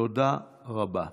תודה רבה.